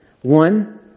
One